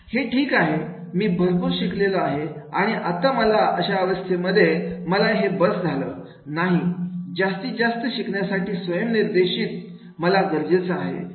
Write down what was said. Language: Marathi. हे ठीक आहे मी भरपूर शिकलेलो आहे आणि आणि आता मी अशा अवस्थेमध्ये आहे आणि मला हे बस झाल नाही जास्तीत जास्त शिकण्यासाठी स्वयं निर्देशित मला गरजेचं आहे